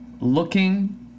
looking